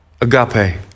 agape